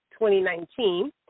2019